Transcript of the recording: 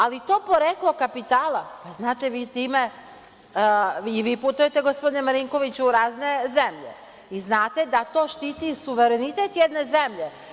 Ali, to poreklo kapitala, pa znate, vi time, i vi putujete, gospodine Marinkoviću, u razne zemlje i znate da to štiti suverenitet jedne zemlje.